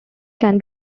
can